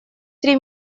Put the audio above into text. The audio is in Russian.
три